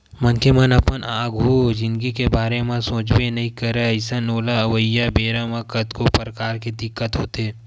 मनखे मन अपन आघु जिनगी के बारे म सोचबे नइ करय अइसन ओला अवइया बेरा म कतको परकार के दिक्कत होथे